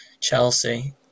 Chelsea